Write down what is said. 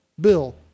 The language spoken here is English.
bill